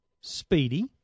speedy